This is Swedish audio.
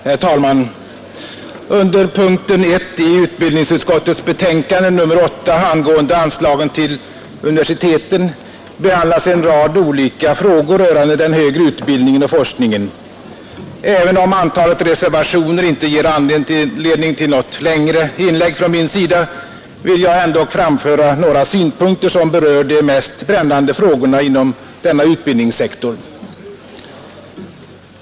Herr talman! Under punkten 1 i utbildningsutskottets betänkande nr 8 angående anslagen till universiteten behandlas en rad olika frågor rörande den högre utbildningen och forskningen. Även om antalet reservationer inte ger anledning till något längre inlägg från min sida vill jag ändock framföra några synpunkter som berör de mest brännande frågorna inom denna utbildningssektor.